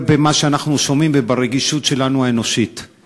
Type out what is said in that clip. במה שאנחנו שומעים וברגישות האנושית שלנו.